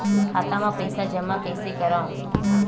खाता म पईसा जमा कइसे करव?